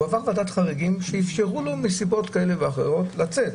הוא עבר ועדת חריגים שאפשרו לו בנסיבות כאלה ואחרות לצאת.